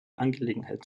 angelegenheit